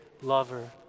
lover